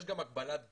יש גם הגבלת גיל.